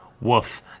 Woof